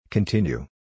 Continue